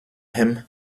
him